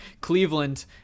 cleveland